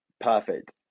perfect